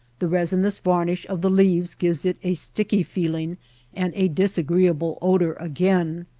the resinous varnish of the leaves gives it a sticky feeling and a disagreeable odor again.